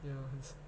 ya